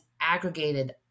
aggregated